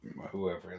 whoever